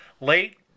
late